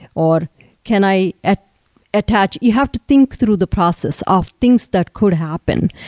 or can i ah attach? you have to think through the process of things that could happen.